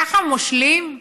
ככה מושלים?